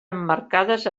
emmarcades